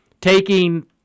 taking